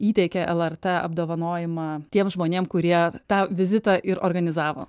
įteikė lrt apdovanojimą tiem žmonėm kurie tą vizitą ir organizavo